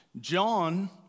John